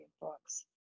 books